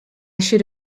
should